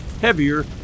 heavier